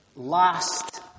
last